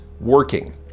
working